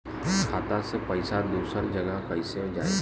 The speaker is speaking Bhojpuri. खाता से पैसा दूसर जगह कईसे जाई?